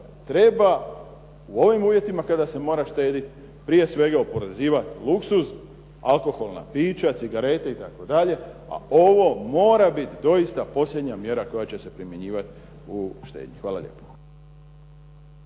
treba u ovim uvjetima kada se mora štedjet, prije svega oporezivat luksuz, alkoholna pića, cigarete itd., a ovo mora bit doista posljednja mjera koja će se primjenjivat u štednji. Hvala lijepa.